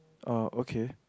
uh okay